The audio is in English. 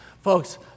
Folks